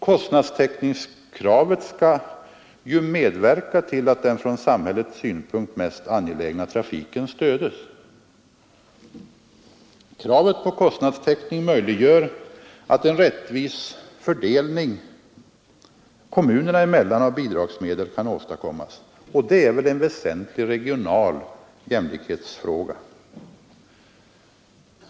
Kostnadstäckningskravet skall ju medverka till att den från samhällets synpunkt mest angelägna trafiken stöds. Kravet på kostnadstäckning möjliggör att en rättvis fördelning av bidragsmedel kommunerna emellan kan åstadkommas, och det är väl en väsentlig regional jämlikhetsfråga.